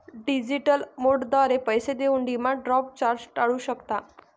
digital मोडद्वारे पैसे देऊन डिमांड ड्राफ्ट चार्जेस टाळू शकता